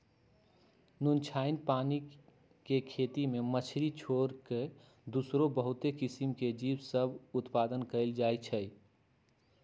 नुनछ्राइन पानी के खेती में मछरी के छोर कऽ दोसरो बहुते किसिम के जीव सभ में उत्पादन कएल जाइ छइ